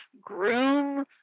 groom